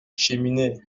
cheminée